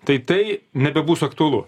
tai tai nebebus aktualu